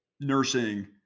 nursing